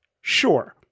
Sure